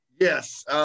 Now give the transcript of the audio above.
Yes